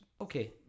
Okay